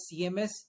CMS